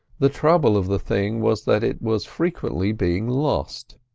the trouble of the thing was that it was frequently being lost.